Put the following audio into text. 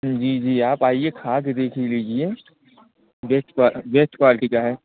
जी जी आप आइए खाके देख ही लीजिए बेस्ट बेस्ट क्वालिटी का है